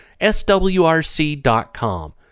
swrc.com